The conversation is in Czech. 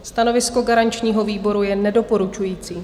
Stanovisko garančního výboru je nedoporučující.